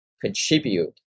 contribute